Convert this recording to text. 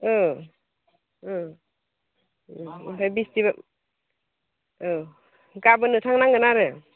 ओमफ्राय औ गाबोननो थांनांगोन आरो